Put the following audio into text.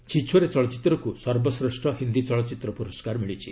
'ଛିଛୋରେ' ଚଳଚ୍ଚିତ୍ରକୁ ସର୍ବଶ୍ରେଷ୍ଠ ହିନ୍ଦୀ ଚଳଚ୍ଚିତ୍ର ପୁରସ୍କାର ମିଳିଛି